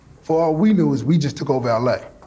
for all we know is we just took over l a.